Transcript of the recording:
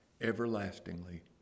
everlastingly